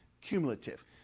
cumulative